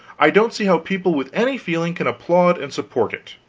i don't see how people with any feeling can applaud and support it.